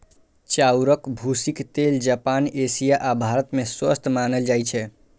चाउरक भूसीक तेल जापान, एशिया आ भारत मे स्वस्थ मानल जाइ छै